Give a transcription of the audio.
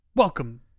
Welcome